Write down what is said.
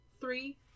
three